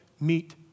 meet